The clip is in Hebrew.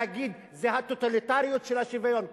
זה להגיד: זה הטוטליטריות של השוויון.